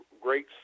great